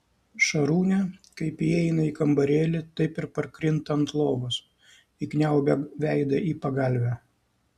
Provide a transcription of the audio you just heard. šarūnė kaip įeina į kambarėlį taip ir parkrinta ant lovos įkniaubia veidą į pagalvę